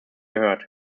gehört